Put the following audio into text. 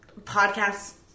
podcasts